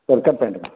சரி கட் பண்ணிவிடுங்க